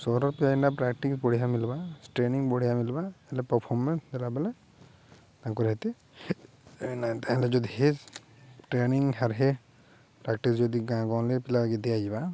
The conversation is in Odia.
ସହର ପିଇଲା ପ୍ରାକ୍ଟିସ୍ ବଢ଼ିଆ ମଳିବା ଟ୍ରେନିଂ ବଢ଼ିଆ ମିଳିବା ହେଲେ ପରର୍ଫର୍ମେନ୍ସ ଦେଲା ବେଳେ ତାଙ୍କର ହେତେ ତା'ହାଲେ ଯଦି ହେ ଟ୍ରେନିଙ୍ଗ ହାର ହେ ପ୍ରାକ୍ଟିସ୍ ଯଦି ଗାଁ ଗହଳି ପିଲା ଦିଆଯିବା